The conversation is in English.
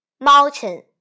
mountain